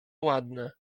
ładne